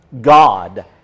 God